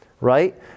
right